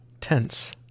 tense